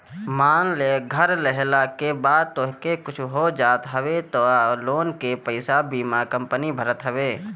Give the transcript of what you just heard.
मान लअ घर लेहला के बाद तोहके कुछु हो जात हवे तअ लोन के पईसा बीमा कंपनी भरत हवे